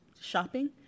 shopping